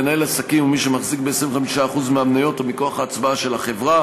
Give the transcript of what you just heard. מנהל עסקים ומי שמחזיק ב-25% מהמניות או מכוח ההצבעה של החברה,